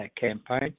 campaign